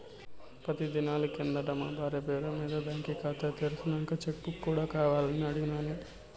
పది దినాలు కిందట మా బార్య పేరు మింద బాంకీ కాతా తెర్సినంక చెక్ బుక్ కూడా కావాలని అడిగిన్నాను